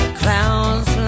clouds